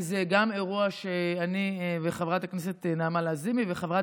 כי זה גם אירוע שאני וחברת הכנסת נעמה לזימי וחברת